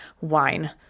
wine